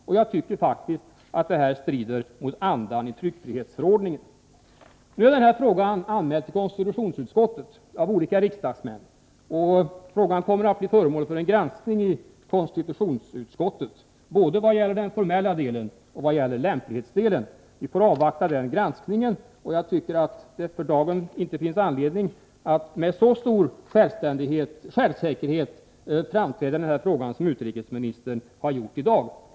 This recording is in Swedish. Jag tycker faktiskt att detta strider mot andan i tryckfrihetsförordningen. Nu är denna fråga anmäld till konstitutionsutskottet av olika riksdagsmän, och den kommer att bli föremål för en granskning i konstitutionsutskottet både i vad gäller den formella delen och i vad gäller lämplighetsdelen. Vi får avvakta denna granskning, och det finns ingen anledning att framträda med så stor självsäkerhet i den här frågan som utrikesministern har gjort i dag.